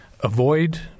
avoid